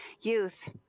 youth